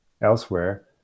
Elsewhere